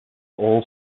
all